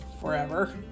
forever